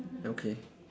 okay